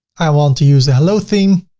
i want to use the hello theme.